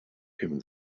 him